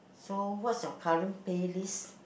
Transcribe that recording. so what's your current play list